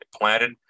planted